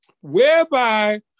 whereby